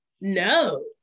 No